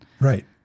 Right